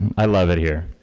i love it here.